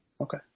Okay